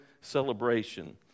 celebration